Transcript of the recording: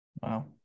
Wow